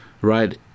right